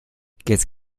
jetzt